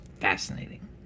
fascinating